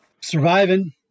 Surviving